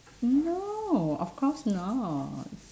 no of course not